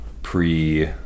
pre